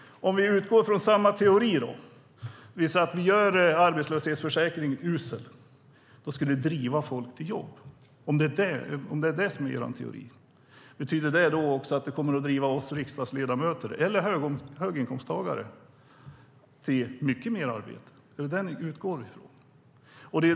Om vi utgår från samma teori och gör arbetslöshetsförsäkringen usel, skulle det driva folk till jobb? Är det er teori? Betyder det också att det kommer att driva oss riksdagsledamöter eller höginkomsttagare till mycket mer arbete? Är det vad ni utgår från?